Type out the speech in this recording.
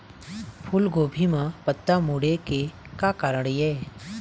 फूलगोभी म पत्ता मुड़े के का कारण ये?